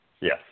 Yes